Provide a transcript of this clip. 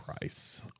price